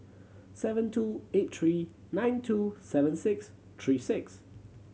seven two eight three nine two seven six three six